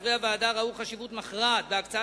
חברי הוועדה ראו חשיבות מכרעת בהקצאת